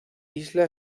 isla